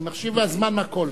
אני מחשיב מהזמן הכול.